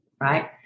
right